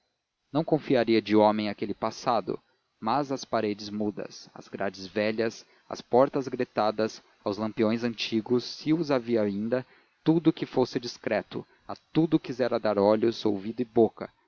não confiaria de homem aquele passado mas às paredes mudas às grades velhas às portas gretadas aos lampiões antigos se os havia ainda tudo o que fosse discreto a tudo quisera dar olhos ouvidos e boca